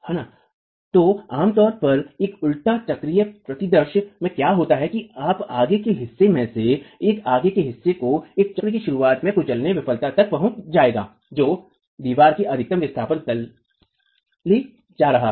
हां तो आमतौर पर एक उल्टा चक्रीय परिदृश्य में क्या होता है कि एक आगे के हिस्से में से एक आगे के हिस्से को एक चक्र की शुरुआत में कुचल विफलता तक पहुंच जाएगा जो दीवार को अधिकतम विस्थापन तक ले जा रहा है